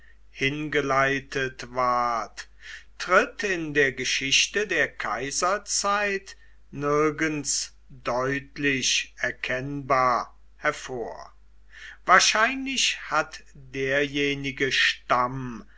hingeleitet ward tritt in der geschichte der kaiserzeit nirgends deutlich erkennbar hervor wahrscheinlich hat derjenige stamm